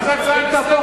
מה זה הצעה לסדר,